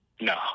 no